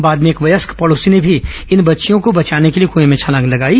बाद में एक व्यस्क पड़ेासी ने भी इन बच्च्यों को बचाने के लिए कए में छलांग लगाई